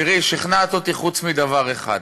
תראי, שכנעת אותי, חוץ מדבר אחד.